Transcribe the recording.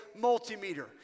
multimeter